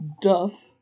Duff